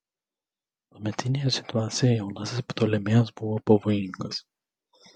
tuometinėje situacijoje jaunasis ptolemėjas buvo pavojingas